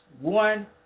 One